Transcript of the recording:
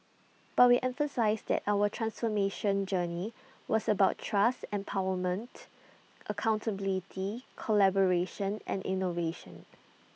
but we emphasised that our transformation journey was about trust empowerment accountability collaboration and innovation